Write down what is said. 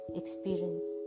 experience